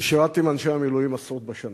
אני שירתי עם אנשי המילואים עשרות בשנים.